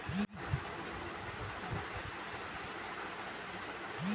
स्वास्थ्य बीमा में कवनो बड़ बेमारी हो जात बाटे तअ कंपनी इलाज के सब पईसा भारत बिया